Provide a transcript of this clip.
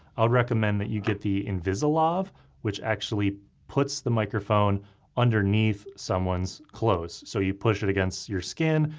i would recommend that you get the invisilav which actually puts the microphone underneath someone's clothes. so you push it against your skin,